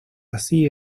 así